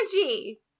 energy